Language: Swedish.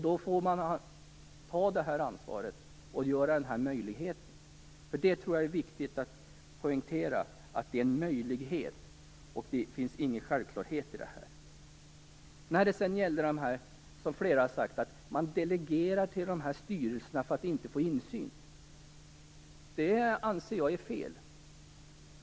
Då får man ta ansvaret och ge denna möjlighet. Det är viktigt att poängtera att det är en möjlighet. Det är inte självklart att den skall utnyttjas. Flera har sagt att man delegerar till styrelser för att inte få insyn. Det är fel.